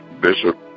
Bishop